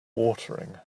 watering